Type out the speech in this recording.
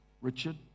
Richard